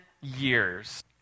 years